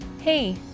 Hey